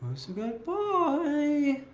so good boy?